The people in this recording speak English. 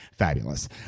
fabulous